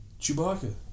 Chewbacca